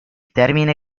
termine